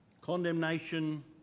condemnation